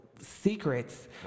secrets